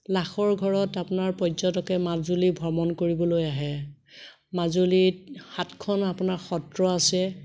লাখৰ ঘৰত আপোনাৰ পৰ্যটকে মাজুলী ভ্ৰমণ কৰিবলৈ আহে মাজুলীত সাতখন আপোনাৰ সত্ৰ আছে